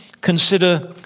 consider